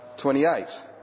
28